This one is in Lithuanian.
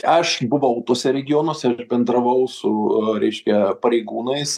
aš buvau tuose regionuose aš bendravau su reiškia pareigūnais